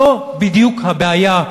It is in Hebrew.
זו בדיוק הבעיה.